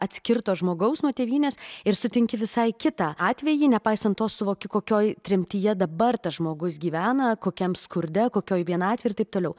atskirto žmogaus nuo tėvynės ir sutinki visai kitą atvejį nepaisant to suvoki kokioj tremtyje dabar tas žmogus gyvena kokiam skurde kokioje vienatvėj ir taip toliau